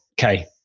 okay